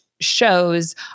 shows